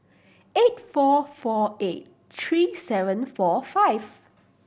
eight four four eight three seven four five